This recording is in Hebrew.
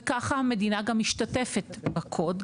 וככה המדינה גם משתתפת בקוד,